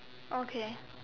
okay